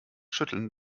schütteln